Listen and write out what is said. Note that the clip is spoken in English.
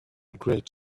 great